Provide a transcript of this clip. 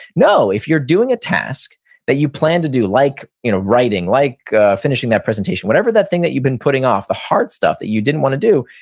no. if you're doing a task that you planned to do, like writing, like finishing that presentation, whatever that thing that you've been putting off, the hard stuff that you didn't want to do,